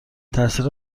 تاثیر